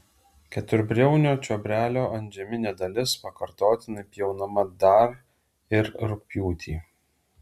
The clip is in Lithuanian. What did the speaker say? keturbriaunio čiobrelio antžeminė dalis pakartotinai pjaunama dar ir rugpjūtį